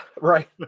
right